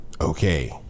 okay